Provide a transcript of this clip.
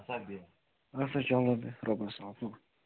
اَدٕ سا بیٚہہ اَدٕ سا چلو بیٚہہ رۅبَس حَوال تُل